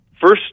first